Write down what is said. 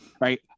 right